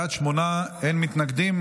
בעד, שמונה, אין מתנגדים.